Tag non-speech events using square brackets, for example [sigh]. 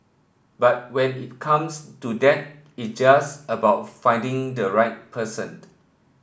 but when it comes to that it just about finding the right person [unintelligible]